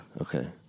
Okay